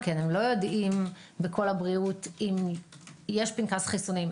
הם לא יודעים בקול הבריאות אם יש פנקס חיסונים,